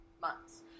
months